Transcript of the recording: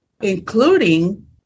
including